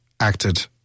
Acted